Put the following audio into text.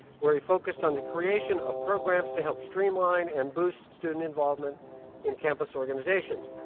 where he focused on the creation of programs to help streamline and boost student involvement in campus organizations.